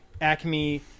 Acme